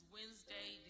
Wednesday